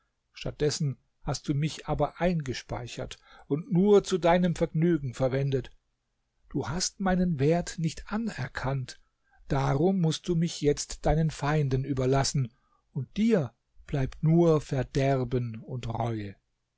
hast du mich aber eingespeichert und nur zu deinem vergnügen verwendet du hast meinen wert nicht anerkannt darum mußt du mich jetzt deinen feinden überlassen und dir bleibt nur verderben und reue